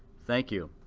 thank you.